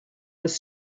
was